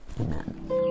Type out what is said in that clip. Amen